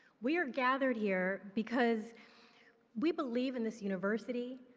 we are gathered here because we believe in this university,